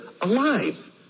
alive